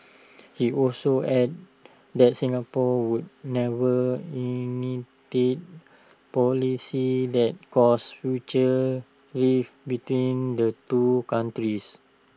he also added that Singapore would never initiate policies that cause future rift between the two countries